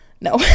No